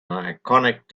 iconic